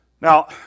Now